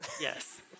Yes